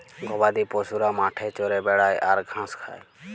গবাদি পশুরা মাঠে চরে বেড়ায় আর ঘাঁস খায়